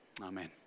Amen